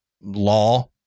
law